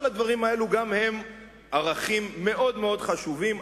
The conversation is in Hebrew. כל הדברים האלה גם הם ערכים מאוד חשובים,